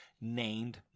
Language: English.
named